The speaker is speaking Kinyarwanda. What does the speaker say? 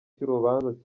cy’urubanza